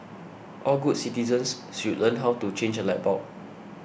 all good citizens should learn how to change a light bulb